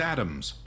Adams